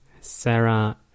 Sarah